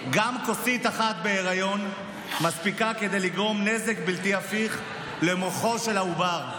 גם כוסית אחת בהיריון מספיקה כדי לגרום נזק בלתי הפיך למוחו של העובר.